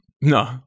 No